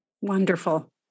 Wonderful